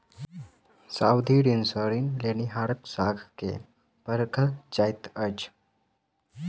सावधि ऋण सॅ ऋण लेनिहारक साख के परखल जाइत छै